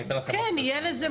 אני אתן לכם --- כן.